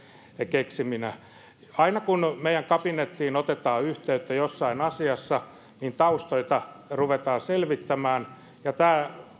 keksiminä aina kun meidän kabinettiin otetaan yhteyttä jossain asiassa taustoja ruvetaan selvittämään ja tämä